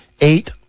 Eight